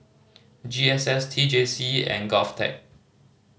G S S T J C and GovTech